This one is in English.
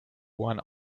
one